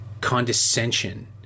condescension